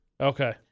Okay